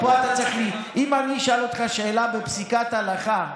אם אני אשאל אותך שאלה בפסיקת הלכה,